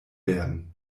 werden